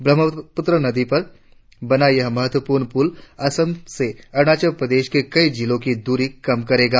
ब्रह्मपुत्र नदी पर बना यह महत्वपूर्ण पूल असम से अरुणाचल प्रदेश के कई जिलों की दूरी कम करेगा